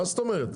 מה זאת אומרת?